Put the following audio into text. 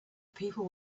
people